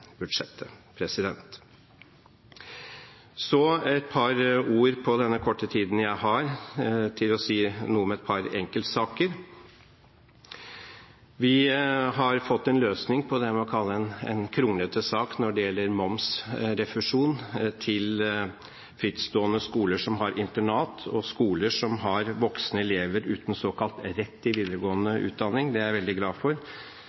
budsjettet. Så et par ord på denne korte tiden jeg har, til å si noe om et par enkeltsaker: Vi har fått en løsning på det jeg må kalle en kronglete sak, når det gjelder momsrefusjon til frittstående skoler som har internat, og skoler som har voksne elever uten såkalt rett til videregående utdanning. Det er jeg veldig glad for,